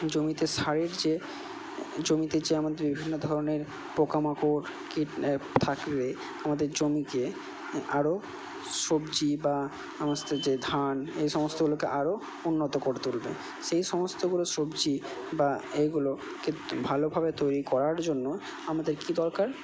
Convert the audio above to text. জমিতে সারের যে জমিতে যে আমাদের বিভিন্ন ধরনের পোক মাকড় কীট থাকলে আমাদের জমিকে আরও সবজি বা সমস্ত যে ধান এই সমস্তগুলোকে আরও উন্নত করে তুলবে সেই সমস্তগুলো সবজি বা এইগুলোকে ভালোভাবে তৈরি করার জন্য আমাদের কি দরকার